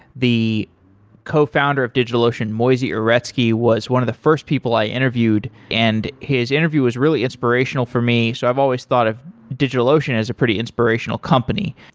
the cofounder of digitalocean, moisey uretsky, was one of the first people i interviewed, and his interview was really inspirational for me. so i've always thought of digitalocean as a pretty inspirational company.